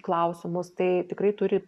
klausimus tai tikrai turi